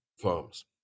farms